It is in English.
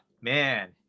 man